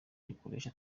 rikoresha